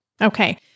Okay